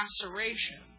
laceration